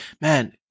man